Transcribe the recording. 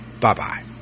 Bye-bye